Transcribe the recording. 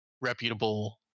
reputable